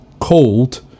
cold